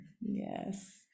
Yes